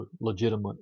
legitimate